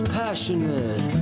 passionate